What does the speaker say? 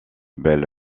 belle